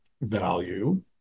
value